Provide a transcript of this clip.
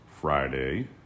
Friday